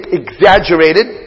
exaggerated